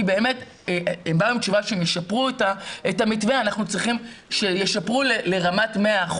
כי הם באו עם תשובה שאם ישפרו את המתווה אנחנו צריכים שישפרו לרמת 100%,